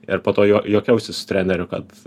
ir po to juo juokiausi su treneriu kad